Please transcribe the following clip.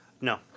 No